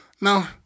no